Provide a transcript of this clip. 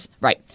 right